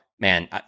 Man